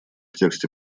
тексте